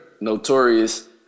notorious